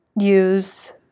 use